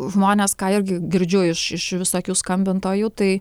žmonės ką irgi girdžiu iš iš visokių skambintojų tai